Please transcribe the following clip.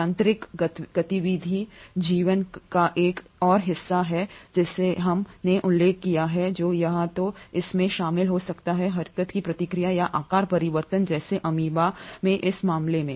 यांत्रिक गतिविधि जीवन का एक और हिस्सा है जैसा कि हमने उल्लेख किया है जो या तो इसमें शामिल हो सकता है हरकत की प्रक्रिया या आकार परिवर्तन जैसे अमीबा के इस मामले में